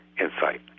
insight